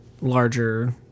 larger